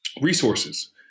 resources